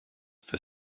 for